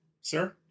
sir